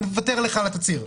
אני מוותר לך על התצהיר.